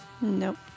Nope